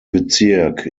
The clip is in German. bezirk